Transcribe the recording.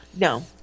No